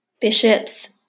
bishops